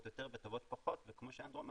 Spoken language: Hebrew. יותר וטובות פחות וכמו שאנדרו אמר,